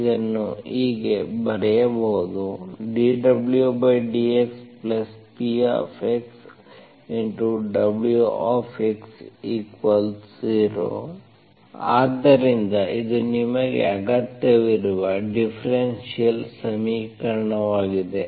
ಇದನ್ನು ಹೀಗೆ ಬರೆಯಬಹುದು dWdxpxWx0 ಆದ್ದರಿಂದ ಇದು ನಿಮಗೆ ಅಗತ್ಯವಿರುವ ಡಿಫರೆನ್ಷಿಯಲ್ ಸಮೀಕರಣವಾಗಿದೆ